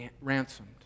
ransomed